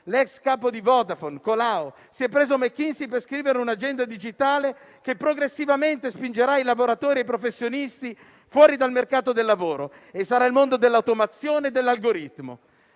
L'*ex* capo di Vodafone, Colao, si è preso McKinsey per scrivere un'agenda digitale che progressivamente spingerà i lavoratori e i professionisti fuori dal mercato del lavoro e sarà il mondo dell'automazione e dell'algoritmo.